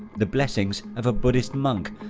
the blessings of a buddhist monk.